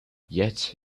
yet